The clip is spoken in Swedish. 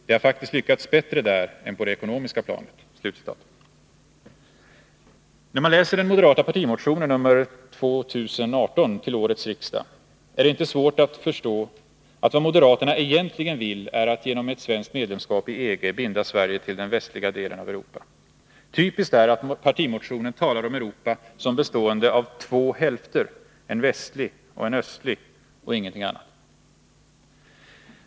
De har faktiskt lyckats bättre där än på det ekonomiska planet.” Men när man läser den moderata partimotionen nr 2018 till årets riksdag är det inte så svårt att förstå att vad moderaterna egentligen vill är att genom ett svenskt medlemskap i EG binda Sverige till den västliga delen av Europa. Typiskt är att partimotionen talar om Europa som bestående av två hälfter — en västlig och en östlig — och ingenting annat.